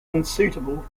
unsuitable